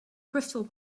crystal